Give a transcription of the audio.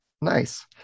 Nice